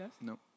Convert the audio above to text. No